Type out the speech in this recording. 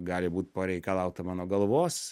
gali būt pareikalauta mano galvos